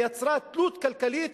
ויצרה תלות כלכלית,